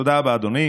תודה רבה, אדוני.